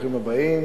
ברוכים הבאים,